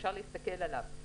אפשר להסתכל עליו,